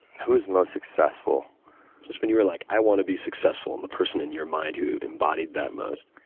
who was most successful? just when you were like, i wanna be successful, and the person in your mind who embodied that most.